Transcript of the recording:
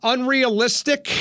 Unrealistic